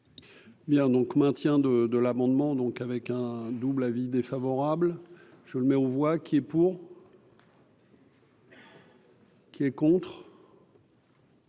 Bien donc maintien de de l'amendement, donc avec un double avis défavorable, je le mets aux voix qui est pour. Qui est contre.